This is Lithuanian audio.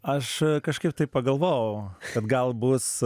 aš kažkaip tai pagalvojau kad gal bus